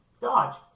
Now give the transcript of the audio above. Dodge